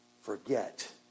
forget